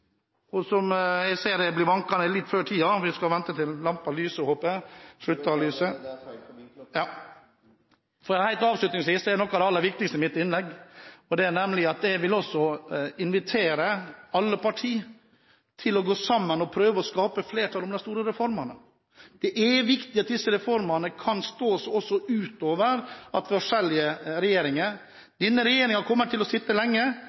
det er jeg helt trygg på. Så vil jeg helt avslutningsvis – og det er noe av det aller viktigste i mitt innlegg – invitere alle partier til å gå sammen og prøve å skape flertall for de store reformene. Det er viktig at disse reformene kan stå seg gjennom forskjellige regjeringer. Denne regjeringen kommer til å sitte lenge,